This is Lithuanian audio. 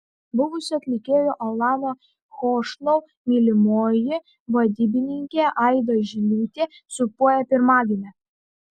buvusi atlikėjo alano chošnau mylimoji vadybininkė aida žiliūtė sūpuoja pirmagimę